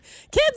kids